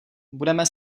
budeme